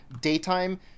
daytime